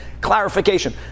clarification